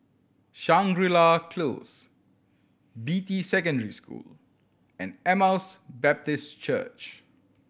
Shangri La Close Beatty Secondary School and Emmaus Baptist Church